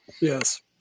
Yes